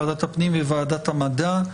ועדת הפנים וועדת המדע,